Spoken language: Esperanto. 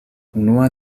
unua